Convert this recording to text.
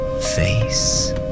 face